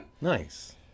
Nice